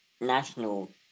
national